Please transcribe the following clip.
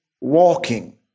walking